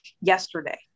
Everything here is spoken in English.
yesterday